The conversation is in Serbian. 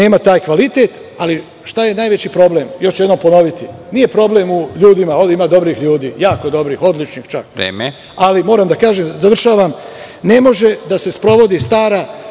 nema taj kvalitet, ali šta je najveći problem? Još jednom ću ponoviti, nije problem u ljudima, ovde ima dobrih ljudi, jako dobrih, odličnih čak, ali moram da kažem…(Predsednik: Vreme.)Završavam. Ne može da se sprovodi stara